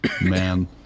Man